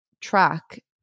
track